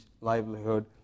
livelihood